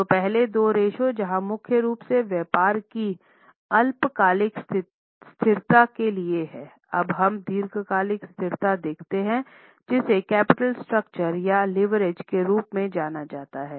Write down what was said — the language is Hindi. तो पहले दो रेश्यो जहां मुख्य रूप से व्यापार की अल्पकालिक स्थिरता के लिए है अब हम दीर्घकालिक स्थिरता देखते हैं जिसे कैपिटल स्ट्रक्चर के रूप में भी जाना जाता है